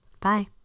Bye